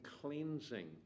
cleansing